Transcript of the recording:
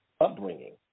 upbringing